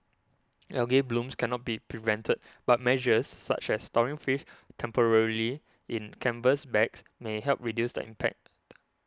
algal blooms cannot be prevented but measures such as storing fish temporarily in canvas bags may help reduce the impact